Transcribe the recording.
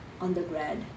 undergrad